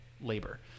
labor